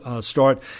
start